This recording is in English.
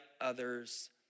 others